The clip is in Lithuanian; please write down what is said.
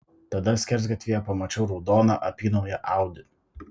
tada skersgatvyje pamačiau raudoną apynauję audi